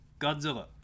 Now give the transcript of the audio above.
Godzilla